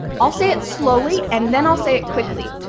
i'll say it slowly and then i'll say it quickly.